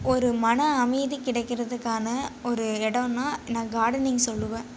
ஒரு மன அமைதி கிடைக்கறதுக்கான ஒரு எடனா நான் கார்டனிங் சொல்லுவேன்